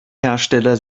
hersteller